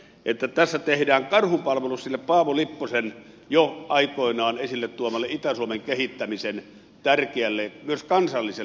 että tässä tehdään karhunpalvelus sille paavo lipposen jo aikoinaan esille tuomalle itä suomen kehittämisen tärkeälle myös kansalliselle näkökulmalle